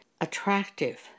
attractive